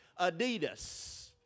Adidas